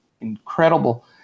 Incredible